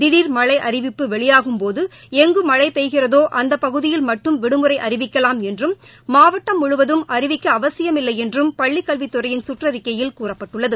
their மழை அறிவிப்பு வெளியாகும்போது எங்குமழை பெய்கிறதோ அந்த பகுதியில் மட்டும் விடுமுறை அறிவிக்கலாம் என்றும் மாவட்டம் முழுவதும் அறிவிக்க அவசியமில்லை என்றும் பள்ளிக்கல்வித்துறையின் சுற்றறிக்கையில் கூறப்பட்டுள்ளது